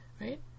right